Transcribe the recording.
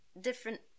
different